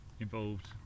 involved